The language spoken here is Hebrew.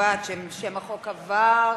שם החוק עבר,